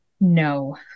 No